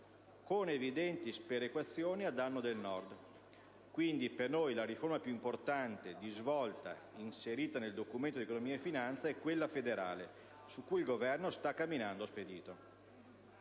sono evidenti sperequazioni a danno del Nord; quindi, per noi la riforma più importante, di svolta, inserita nel Documento di economia e finanza, è quella federale, su cui il Governo sta camminando spedito.